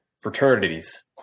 fraternities